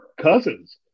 Cousins